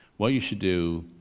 what you should do,